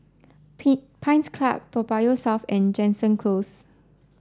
Pines Club Toa Payoh South and Jansen Close